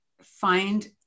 find